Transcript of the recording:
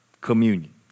communion